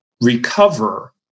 recover